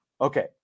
Okay